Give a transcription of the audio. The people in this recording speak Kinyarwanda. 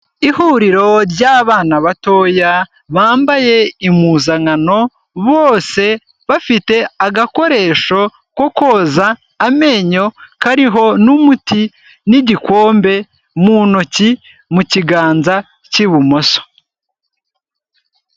Ihuriro ry'abana batoya, bambaye impuzankano, bose bafite agakoresho ko koza amenyo kariho n'umuti n'igikombe mu ntoki, mu kiganza cy'ibumoso.